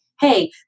Hey